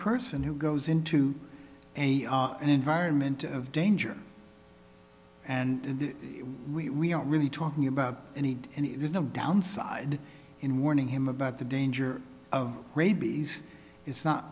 person who goes into an environment of danger and we aren't really talking about any and there's no downside in warning him about the danger of rabies it's not